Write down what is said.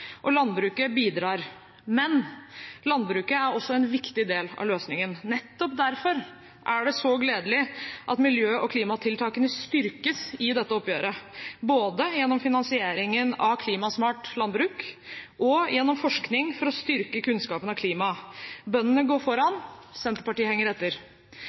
og landbruket bidrar. Men landbruket er også en viktig del av løsningen. Nettopp derfor er det så gledelig at miljø- og klimatiltakene styrkes i dette oppgjøret, både gjennom finansieringen av Klimasmart landbruk og gjennom forskning for å styrke kunnskapen om klimaet. Bøndene går foran – Senterpartiet henger etter.